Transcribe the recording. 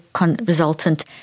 resultant